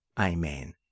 Amen